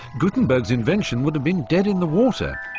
gutenberg's invention would have been dead in the water.